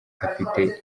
afite